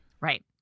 Right